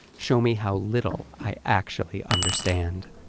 show me how little i actually understand.